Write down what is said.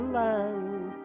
land